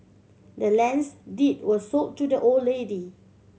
the land's deed was sold to the old lady